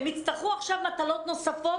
הם יצטרכו עכשיו מטלות נוספות,